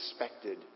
expected